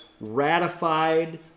ratified